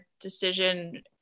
decision